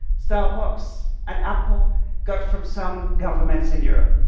starbucks and apple got from some governments in europe.